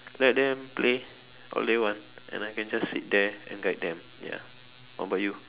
let them play all they want and I can just sit there and guide them ya what about you